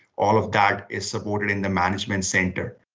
all of that is supported in the management center.